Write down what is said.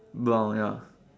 brown ya